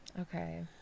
Okay